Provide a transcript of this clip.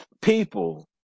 People